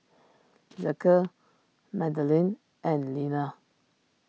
Zeke Madelene and Leaner